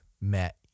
met